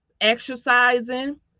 exercising